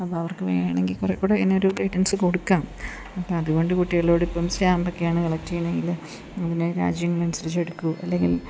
അപ്പോൾ അവർക്ക് വേണമെങ്കിൽ കുറേക്കൂടി അതിനൊരു ഗൈഡൻസ് കൊടുക്കാം അപ്പോൾ അതുകൊണ്ട് കുട്ടികളോട് ഇപ്പം സ്റ്റാമ്പൊക്കെയാണ് കളക്ട് ചെയ്യണതെങ്കിൽ അതിനെ രാജ്യങ്ങൾ അനുസരിച്ച് എടുക്കു അല്ലെങ്കിൽ